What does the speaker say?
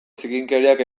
zikinkeriak